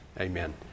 Amen